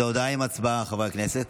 זוהי הודעה עם הצבעה, חברי הכנסת,